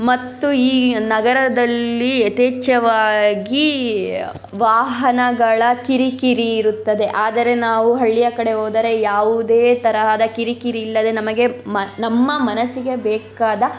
ಮತ್ತು ಈ ನಗರದಲ್ಲಿ ಯಥೇಚ್ಛವಾಗಿ ವಾಹನಗಳ ಕಿರಿಕಿರಿ ಇರುತ್ತದೆ ಆದರೆ ನಾವು ಹಳ್ಳಿಯ ಕಡೆ ಹೋದರೆ ಯಾವುದೇ ತರಹದ ಕಿರಿಕಿರಿ ಇಲ್ಲದೇ ನಮಗೆ ಮ ನಮ್ಮ ಮನಸ್ಸಿಗೆ ಬೇಕಾದ